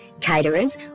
Caterers